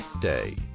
day